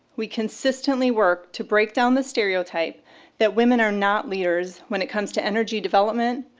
we consistently work to break down the stereotype that women are not leaders when it comes to energy development,